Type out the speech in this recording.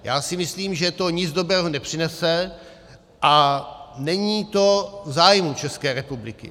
Já si myslím, že to nic dobrého nepřinese a není to v zájmu České republiky.